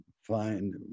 find